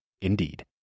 Indeed